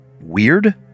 weird